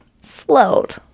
slowed